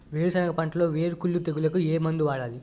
వేరుసెనగ పంటలో వేరుకుళ్ళు తెగులుకు ఏ మందు వాడాలి?